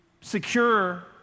secure